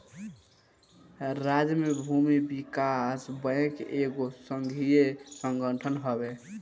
राज्य के भूमि विकास बैंक एगो संघीय संगठन हवे